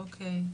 אוקיי,